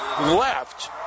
left